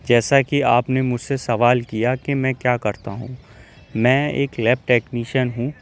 جیسا کہ آپ نے مجھ سے سوال کیا کہ میں کیا کرتا ہوں میں ایک لیب ٹیکنشین ہوں